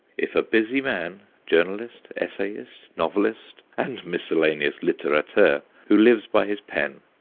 if a busy man, journalist, essayist, novelist, and miscellaneous litterateur, who lives by his pen,